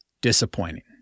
disappointing